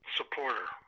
supporter